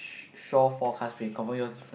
shore forecast rain confirm yours